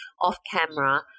off-camera